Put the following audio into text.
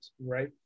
right